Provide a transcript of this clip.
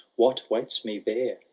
what waits me there.